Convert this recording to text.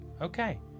Okay